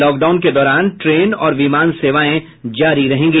lock down के दौरान train और विमान सेवाएं जारी रहेगी